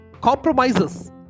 compromises